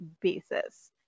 basis